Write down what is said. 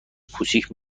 کوچک